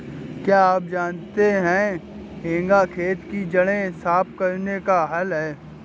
क्या आप जानते है हेंगा खेत की जड़ें साफ़ करने का हल है?